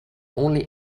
only